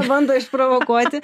bando išprovokuoti